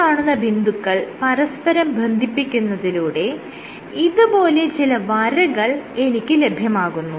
ഈ കാണുന്ന ബിന്ദുക്കൾ പരസ്പരം ബന്ധിപ്പിക്കുന്നതിലൂടെ ഇതുപോലെ ചില വരകൾ എനിക്ക് ലഭ്യമാകുന്നു